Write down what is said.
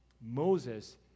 Moses